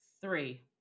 Three